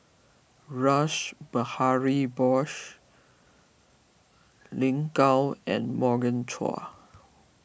Rash Behari Bose Lin Gao and Morgan Chua